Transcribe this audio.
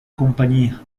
compañía